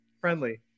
Friendly